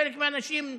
לחלק מהאנשים,